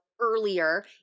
earlier